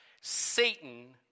Satan